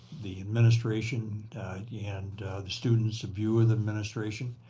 the administration yeah and the student's view of the administration.